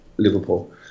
Liverpool